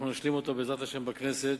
אנחנו נשלים אותו, בעזרת השם, בכנסת,